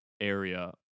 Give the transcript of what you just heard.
area